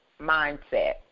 mindset